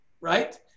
right